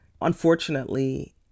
unfortunately